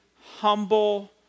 humble